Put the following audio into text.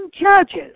judges